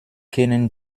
kennen